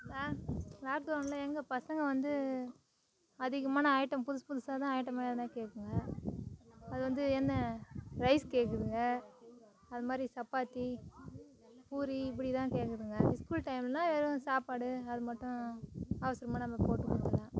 லா லாக்டவுனில் எங்கள் பசங்க வந்து அதிகமான ஐட்டம் புதுசு புதுசாக தான் ஐட்டமாக எதனா கேட்குங்க அது வந்து என்ன ரைஸ் கேட்குதுங்க அதுமாதிரி சப்பாத்தி பூரி இப்படிதான் கேட்குதுங்க இஸ்கூல் டைம்லன்னா வெறும் சாப்பாடு அது மட்டும் அவசரமாக நம்ம போட்டுக் கொடுத்துட்லாம்